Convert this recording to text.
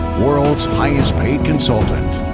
world's highest paid consultant,